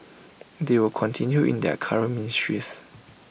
they will continue in their current ministries